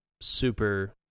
super